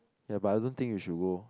ya but I don't think you should go